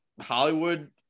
Hollywood